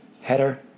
Header